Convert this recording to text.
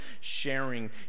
sharing